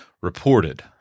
reported